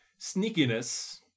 sneakiness